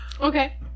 Okay